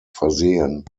versehen